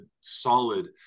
solid